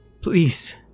Please